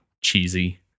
cheesy